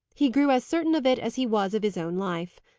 he grew as certain of it as he was of his own life.